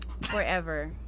Forever